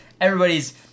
Everybody's